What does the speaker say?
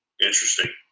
Interesting